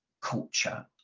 culture